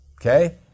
Okay